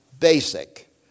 basic